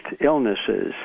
illnesses